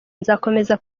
nzakomeza